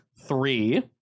three